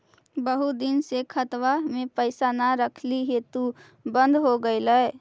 बहुत दिन से खतबा में पैसा न रखली हेतू बन्द हो गेलैय?